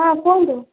ହଁ କୁହନ୍ତୁ